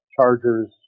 chargers